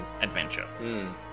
Adventure